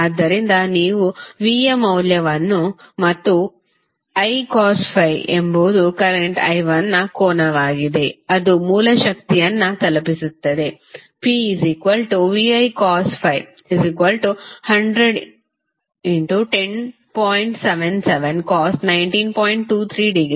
ಆದ್ದರಿಂದ ನೀವು V ಯ ಮೌಲ್ಯವನ್ನು ಮತ್ತು I cos φ ಎಂಬುದು ಕರೆಂಟ್ I1 ನ ಕೋನವಾಗಿದೆ ಅದು ಮೂಲ ಶಕ್ತಿಯನ್ನು ತಲುಪಿಸುತ್ತದೆ P VI cos φ 10